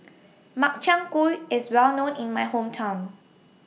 Makchang Gui IS Well known in My Hometown